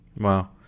Wow